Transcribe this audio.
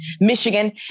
Michigan